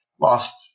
Lost